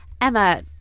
Emma